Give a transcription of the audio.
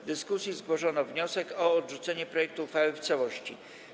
W dyskusji zgłoszono wniosek o odrzucenie projektu uchwały w całości.